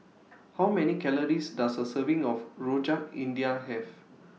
How Many Calories Does A Serving of Rojak India Have